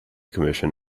commission